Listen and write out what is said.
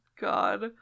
God